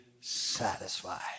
satisfied